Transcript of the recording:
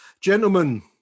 gentlemen